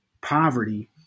poverty